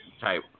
Type